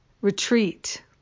Retreat